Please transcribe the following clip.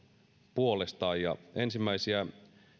puolestaan ja ensimmäisiä